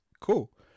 cool